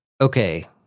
okay